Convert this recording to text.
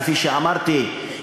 כפי שאמרתי,